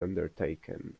undertaken